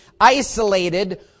isolated